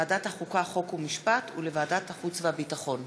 לוועדת החוקה, חוק ומשפט ולוועדת החוץ והביטחון.